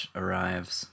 arrives